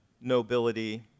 nobility